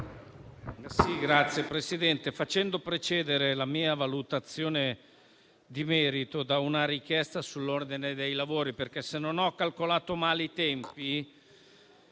farò precedere la mia valutazione di merito da una richiesta sull'ordine dei lavori, perché, se non ho calcolato male i tempi,